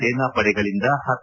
ಸೇನಾಪಡೆಗಳಿಂದ ಹತ